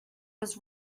was